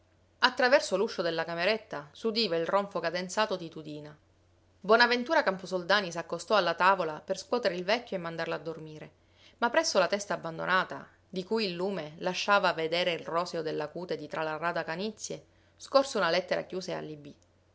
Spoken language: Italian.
lì attraverso l'uscio della cameretta s'udiva il ronfo cadenzato di tudina bonaventura camposoldani s'accostò alla tavola per scuotere il vecchio e mandarlo a dormire ma presso la testa abbandonata di cui il lume lasciava vedere il roseo della cute di tra la rada canizie scorse una lettera chiusa e allibì